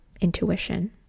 intuition